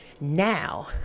Now